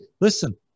Listen